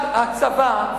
הצבא,